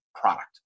product